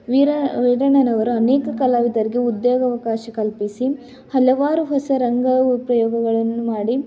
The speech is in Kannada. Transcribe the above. ವೀರ ವೀರಣ್ಣನವರು ಅನೇಕ ಕಲಾವಿದರಿಗೆ ಉದ್ಯೋಗ ಅವಕಾಶ ಕಲ್ಪಿಸಿ ಹಲವಾರು ಹೊಸ ರಂಗ ಪ್ರಯೋಗಗಳನ್ನು ಮಾಡಿ